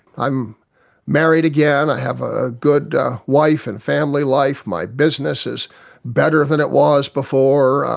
i'm married again, i have a good wife and family life, my business is better than it was before,